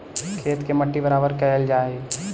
खेत के मट्टी बराबर कयल जा हई